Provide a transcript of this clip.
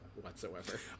whatsoever